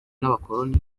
n’abakoloni